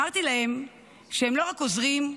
אמרתי להם שהם לא רק עוזרים,